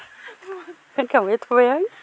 होनखाबाय थुबाय आं